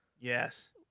Yes